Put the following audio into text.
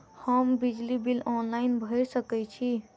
हम बिजली bill online भैर सकै छी?